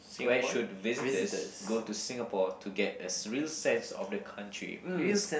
where should visitors go to Singapore to get a real sense of the country mm